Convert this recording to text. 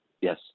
yes